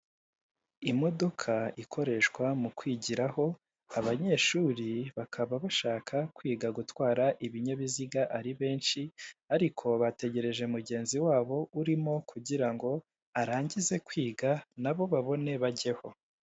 Imodoka ikoreshwa mu kwigiraho abanyeshuri bakaba bashaka kwiga gutwara ibinyabiziga ari benshi ariko bategereje mugenzi wabo urimo kugirango arangize kwiga nabo babone bajyeho.